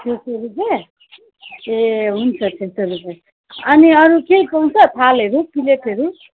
छ सय रुपियाँ ए हुन्छ छ सय रुपियाँ अनि अरू केही पाउँछ थालहरू प्लेटहरू